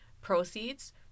proceeds